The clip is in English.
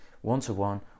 one-to-one